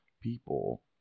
people